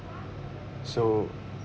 so